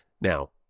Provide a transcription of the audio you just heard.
Now